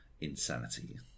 insanity